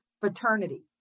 fraternity